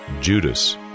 Judas